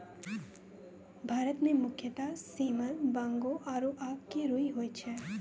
भारत मं मुख्यतः सेमल, बांगो आरो आक के रूई होय छै